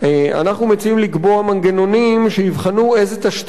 אנחנו מציעים לקבוע מנגנונים שיבחנו איזה תשתיות